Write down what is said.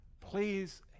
please